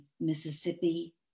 Mississippi